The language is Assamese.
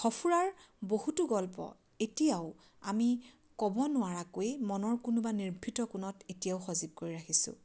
সঁফুৰাৰ বহুতো গল্প এতিয়াও আমি ক'ব নোৱাৰাকৈ মনৰ কোনোবা নিৰ্ভীত কোণত এতিয়াও সজীৱ কৰি ৰাখিছোঁ